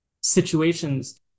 situations